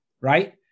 right